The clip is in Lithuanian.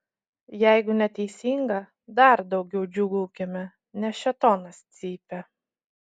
jeigu neteisinga dar daugiau džiūgaukime nes šėtonas cypia